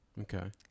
Okay